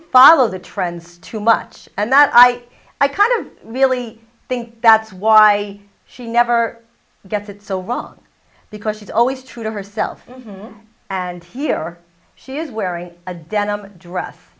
follow the trends too much and that i i kind of really think that's why she never gets it so wrong because she's always true to herself and here she is wearing a denim a dress